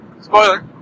spoiler